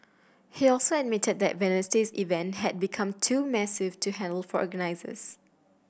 he also admitted that Wednesday's event had become too massive to handle for organizers